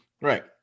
Right